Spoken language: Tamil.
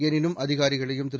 எளினும் அதிகாரிகளையும் திரு